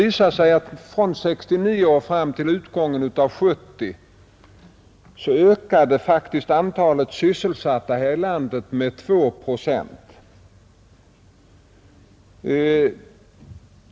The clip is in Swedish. Från 1969 och fram till utgången av år 1970 ökade antalet sysselsatta här i landet med två procent.